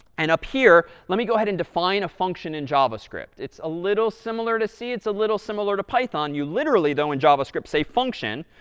and up here, let me go ahead and define a function in javascript. it's a little similar to c. it's a little similar to python. you literally, though, in javascript say function.